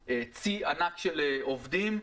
זה צי ענק של עובדים.